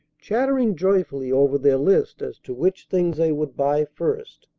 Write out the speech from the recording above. chattering joyfully over their list as to which things they would buy first.